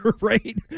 right